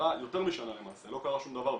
עברה יותר משנה למעשה ולא קרה שום דבר,